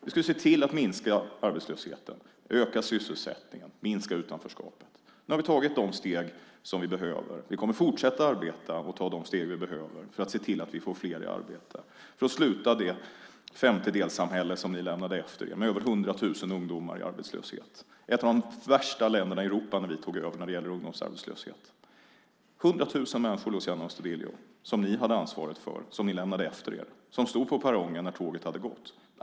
Vi skulle se till att minska arbetslösheten, öka sysselsättningen och minska utanförskapet. Nu har vi tagit de steg som vi behöver. Vi kommer att fortsätta att arbeta och ta de steg vi behöver för att se till att vi får fler i arbete. Då slutar det femtedelssamhälle som ni lämnade efter er med över 100 000 ungdomar i arbetslöshet. Det här var ett av de värsta länderna i Europa när vi tog över i fråga om ungdomsarbetslöshet. Det var 100 000 människor, Luciano Astudillo, som ni hade ansvaret för, som ni lämnade efter er, som stod på perrongen när tåget hade gått.